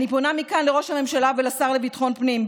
אני פונה מכאן לראש הממשלה ולשר לביטחון פנים,